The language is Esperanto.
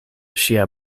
ŝia